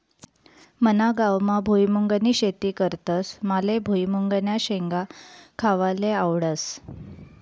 मना गावमा भुईमुंगनी शेती करतस माले भुईमुंगन्या शेंगा खावाले आवडस